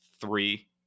Three